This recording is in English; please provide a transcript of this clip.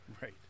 Right